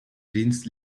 jeans